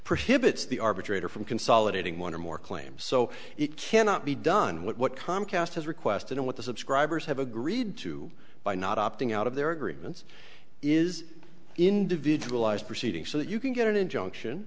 prohibits the arbitrator from consolidating one or more claims so it cannot be done what comcast has requested and what the subscribers have agreed to by not opting out of their agreements is individualized proceeding so that you can get an injunction